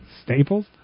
Staples